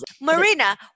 Marina